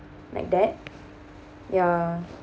like that ya